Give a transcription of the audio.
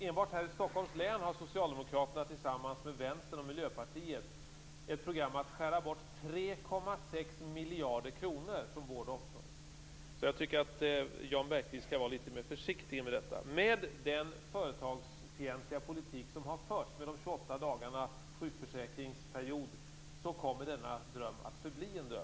Enbart i Stockholms län har socialdemokraterna tillsammans med Vänstern och Miljöpartiet ett program för att skära bort 3,6 miljarder kronor från vård och omsorg. Jan Bergqvist borde vara litet mer försiktig med detta. Med den företagsfientliga politik som har förts - med bl.a. 28 dagars sjukförsäkringsperiod - kommer denna dröm att förbli en dröm.